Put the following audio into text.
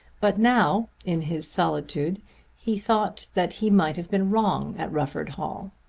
but now in his solitude he thought that he might have been wrong at rufford hall.